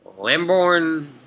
Lamborn